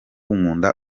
unkunda